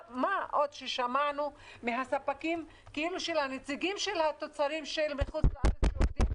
מה עוד ששמענו מהספקים שכאילו הנציגים של התוצרים של מחוץ לארץ שעובדים